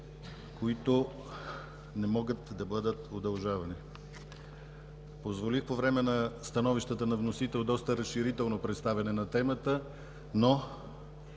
които не могат да бъдат удължавани. Позволих по време на становищата на вносител доста разширително представяне на темата, но